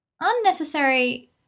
Unnecessary